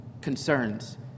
concerns